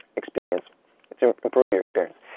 experience to improve your experience.